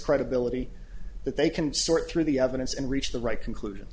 credibility that they can sort through the evidence and reach the right conclusion